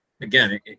again